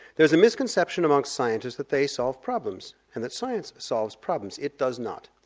there's a misconception amongst scientists that they solve problems and that science solves problems it does not.